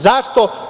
Zašto?